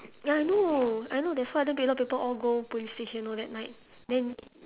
ya I know I know that's why then a lot of people all go police station on that night then